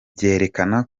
byerekana